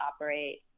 operate